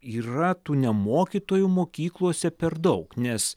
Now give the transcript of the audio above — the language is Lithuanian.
yra tų ne mokytojų mokyklose per daug nes